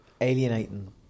alienating